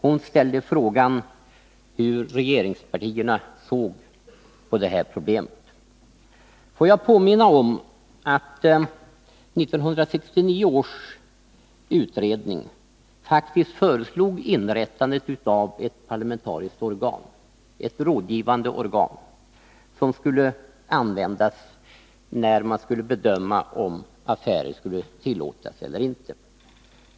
Hon frågade hur regeringspartierna såg på detta problem. Jag vill påminna om att 1969 års utredning faktiskt föreslog inrättandet av ett parlamentariskt organ, ett rådgivande organ, som skulle användas när man skulle bedöma om affärer skulle tillåtas eller inte.